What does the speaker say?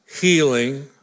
healing